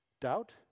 Doubt